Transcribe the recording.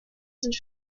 sind